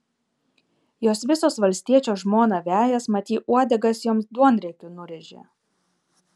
jos visos valstiečio žmoną vejas mat ji uodegas joms duonriekiu nurėžė